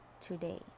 today